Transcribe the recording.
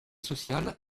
sociale